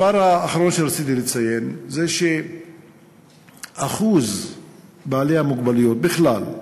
הדבר האחרון שרציתי לציין זה שאחוז בעלי המוגבלויות בכלל,